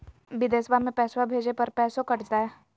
बिदेशवा मे पैसवा भेजे पर पैसों कट तय?